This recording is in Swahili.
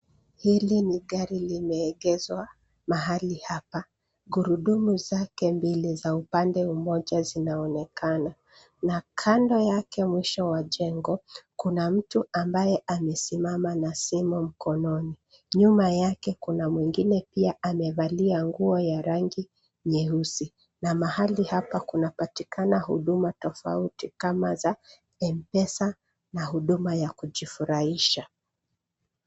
Hili ni gari limeegeshwa mahali hapa. Gurudumu zake mbili za upande mmoja zinaonekana na kando yake mwisho wa jengo kuna mtu ambaye amesimama na simu mkononi. Nyuma yake, kuna mwingine pia amevalia nguo ya rangi nyeusi na mahali hapa kunapatikana huduma tofauti kama za M-pesa na huduma ya kujifurahisha.